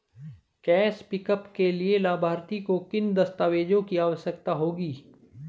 Cash pickup के लिए लाभार्थी को किन दस्तावेजों की आवश्यकता होगी?